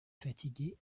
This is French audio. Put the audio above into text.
fatigué